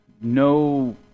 no